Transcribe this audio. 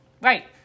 Right